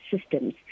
systems